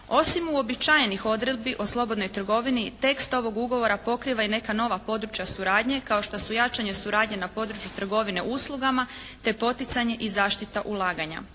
Osim uobičajenih odredbi o slobodnoj trgovini tekst ovog ugovora pokriva i neka nova područja suradnje kao što su: jačanje suradnje na području trgovine uslugama te poticanje i zaštita ulaganja.